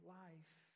life